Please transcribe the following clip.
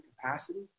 capacity